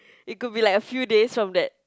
it could be like a few days from that